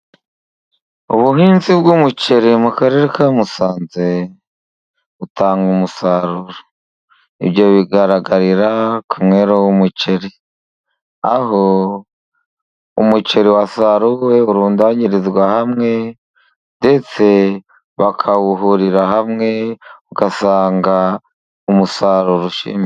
Ubuhinzi bw'umuceri mu Karere ka Musanze butanga umusaruro. Ibyo bigaragarira ku mwero w'umuceri, aho umuceri wasaruwe urundanyirizwa hamwe, ndetse bakawuhurira hamwe ugasanga umusaruro ushimishije.